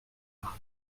par